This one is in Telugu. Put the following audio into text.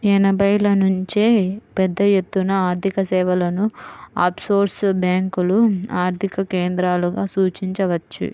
ఎనభైల నుంచే పెద్దఎత్తున ఆర్థికసేవలను ఆఫ్షోర్ బ్యేంకులు ఆర్థిక కేంద్రాలుగా సూచించవచ్చు